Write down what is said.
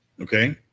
Okay